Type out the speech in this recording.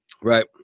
right